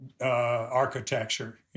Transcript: architecture